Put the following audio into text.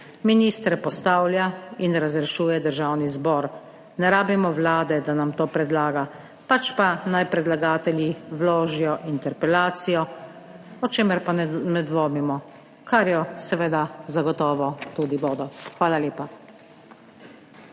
Ministre postavlja in razrešuje Državni zbor. Ne rabimo Vlade, da nam to predlaga, pač pa naj predlagatelji vložijo interpelacijo, o čemer pa ne dvomimo, kar jo seveda zagotovo tudi bodo. Hvala lepa.